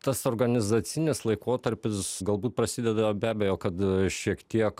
tas organizacinis laikotarpis galbūt prasideda be abejo kad šiek tiek